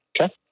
okay